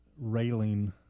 railing